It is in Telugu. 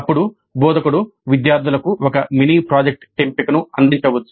అప్పుడు బోధకుడు విద్యార్థులకు ఒక మినీ ప్రాజెక్ట్ ఎంపికను అందించవచ్చు